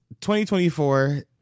2024